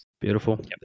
Beautiful